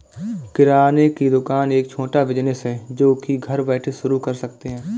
किराने की दुकान एक छोटा बिज़नेस है जो की घर बैठे शुरू कर सकते है